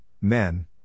men